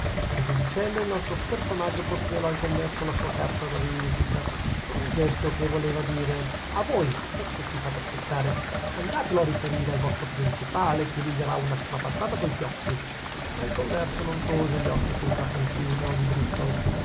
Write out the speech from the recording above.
così dicendo il nostro personaggio porgeva al converso la sua carta di visita con un gesto che voleva dire a voi ecco chi fate aspettare andatelo a riferire al vostro principale che vi darà una strapazzata coi fiocchi ma il converso non pose gli occhi sul cartoncino di bristol